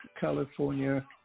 California